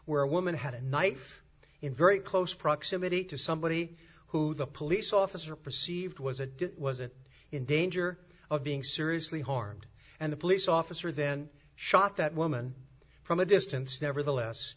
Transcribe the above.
where a woman had a knife in very close proximity to somebody who the police officer perceived was a didn't wasn't in danger of being seriously harmed and the police officer then shot that woman from a distance nevertheless